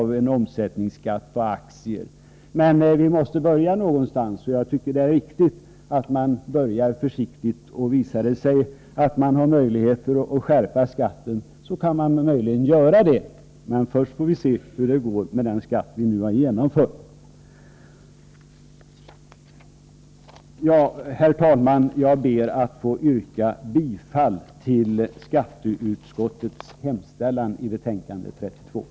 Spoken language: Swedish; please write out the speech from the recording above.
Vi måste ju börja någonstans. Det är som sagt riktigt att börja försiktigt. Om det längre fram visar sig möjligt att skärpa skatten, kanske så sker. Men först måste vi se hur det går med den skatt som vi beslutat om. Herr talman! Jag ber att få yrka bifall till hemställan i skatteutskottets